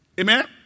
Amen